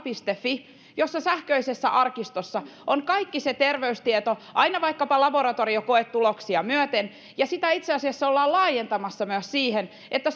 fi jossa sähköisessä arkistossa on kaikki terveystieto aina vaikkapa laboratoriokoetuloksia myöten ja sitä itse asiassa ollaan laajentamassa myös siihen että